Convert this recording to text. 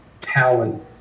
talent